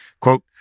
Quote